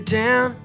town